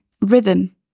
rhythm